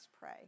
pray